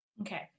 Okay